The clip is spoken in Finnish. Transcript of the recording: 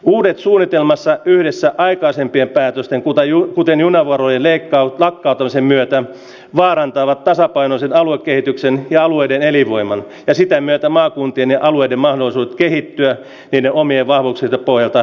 uudet suunnitelmansa yhdessä aikaisempien päätösten ku taju kuten junavuorojen leikkauttaa kaatumisen myötä vaarantavat tasapainoisen aluekehityksen ja alueiden elinvoiman ja sitä myötä maakuntien ja alueiden maanosan kehittyä ja omien vanhukset ohjataan